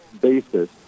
basis